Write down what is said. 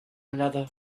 another